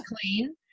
clean